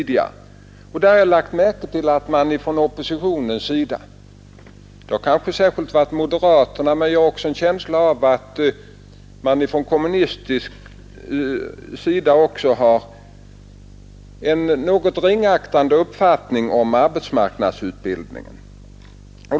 Där har jag lagt märke till att man från oppositionen — kanske särskilt från moderaterna, men jag har en känsla av att det också gäller kommunisterna — har en något ringaktande uppfattning om arbetsmarknadsutbildning.